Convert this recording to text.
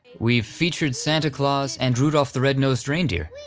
we've featured santa claus, and rudolph the red-nosed reindeer,